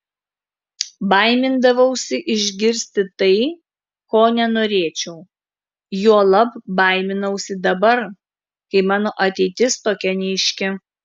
baimindavausi išgirsti tai ko nenorėčiau juolab baiminausi dabar kai mano ateitis tokia neaiški